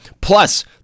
plus